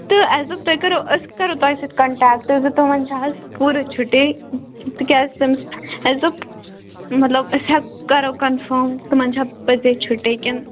تہٕ اسہِ دوٚپ تُہۍ کٔرِو أسۍ کَرو تۄہہِ سۭتۍ کَنٹیٚکٹہٕ زِ تِمَن چھِ حظ پوٗرٕ چھُٹی تِکیٛازِ تٔمِس اسہِ دوٚپ مطلَب أسۍ ہیک کَرو فون تِمن چھا پٔزۍ پٲٹھۍ چھُٹی کِنہٕ